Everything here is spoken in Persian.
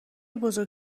بزرگ